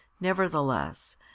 nevertheless